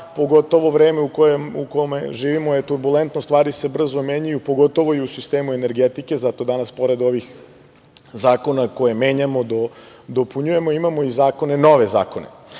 pogotovo vreme u kojem živimo je turbulentno, stvari se brzo menjaju, pogotovo i u sistemu energetike, zato danas pored ovih zakona koje menjamo i dopunjujemo imamo i nove zakone.